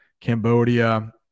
cambodia